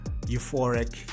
euphoric